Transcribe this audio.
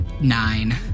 nine